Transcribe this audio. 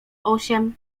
osiem